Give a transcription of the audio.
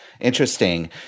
Interesting